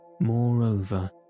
Moreover